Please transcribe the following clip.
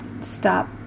stop